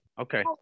okay